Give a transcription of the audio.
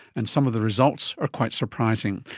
and some of the results are quite surprising.